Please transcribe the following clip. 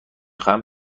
خواهم